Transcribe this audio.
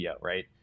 right